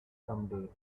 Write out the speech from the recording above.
someday